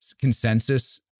consensus